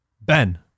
Ben